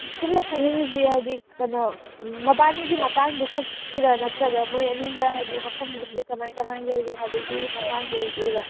ꯁꯣꯝꯅ ꯈꯪꯅꯤꯡꯏꯁꯤ ꯍꯥꯏꯗꯤ ꯀꯩꯅꯣ ꯃꯕꯥꯟꯅꯤꯒꯤ ꯃꯇꯥꯡꯗꯨ ꯈꯛꯀꯤꯔ ꯅꯠꯇ꯭ꯔꯒ ꯃꯣꯏ ꯑꯅꯤꯒ ꯍꯥꯏꯗꯤ ꯃꯐꯝꯁꯤꯗ ꯍꯧꯖꯤꯛ ꯀꯃꯥꯏ ꯀꯃꯥꯏꯅ ꯂꯩꯔꯤ ꯍꯥꯏꯕꯒꯤ ꯃꯇꯥꯡꯗꯨ ꯑꯣꯏꯗꯣꯏꯔ